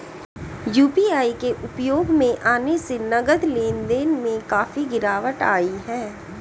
UPI के उपयोग में आने से नगद लेन देन में काफी गिरावट आई हैं